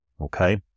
okay